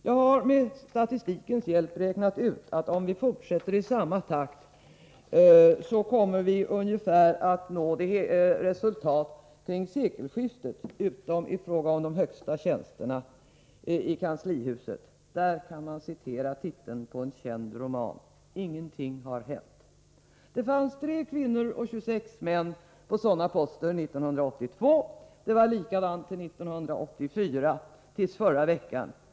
Jag har med statistikens hjälp räknat ut att om vi fortsätter i samma takt, kommer vi att nå resultat ungefär kring sekelskiftet, utom i fråga om de högsta tjänsterna i kanslihuset. Där kan man citera titeln på en känd roman: Ingenting har hänt. Det fanns 3 kvinnor och 26 män på sådana poster 1982. Det var likadant 1984, tilli förra veckan.